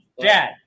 dad